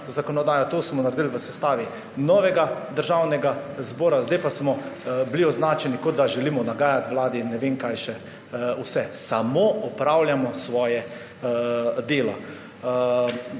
to smo naredili v sestavi novega državnega zbora, zdaj pa smo bili označeni, kot da želimo nagajati Vladi in ne vem, kaj še vse. Samo opravljamo svoje delo.